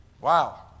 Wow